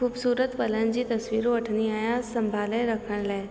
ख़ूबसूरतु पलनि जी तस्वीरूं वठंदी आहियां संभाले रखण लाइ